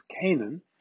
Canaan